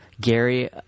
Gary